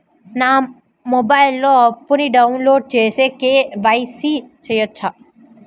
నా మొబైల్లో ఆప్ను డౌన్లోడ్ చేసి కే.వై.సి చేయచ్చా?